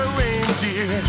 reindeer